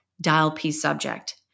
dial-p-subject